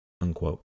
Unquote